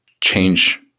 change